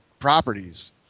properties